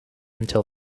until